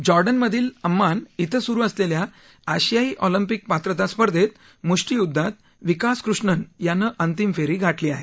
जॉर्डनमधील Amman बें सुरू असलेल्या आशियाई ऑलिम्पिक पात्रता स्पर्धेत मुष्टियुद्धात विकास कृष्णन यानं अंतिम फेरी गाठली आहे